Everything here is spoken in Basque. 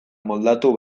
moldatu